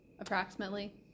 approximately